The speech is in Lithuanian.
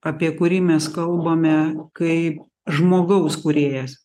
apie kurį mes kalbame kaip žmogaus kūrėjas